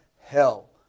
hell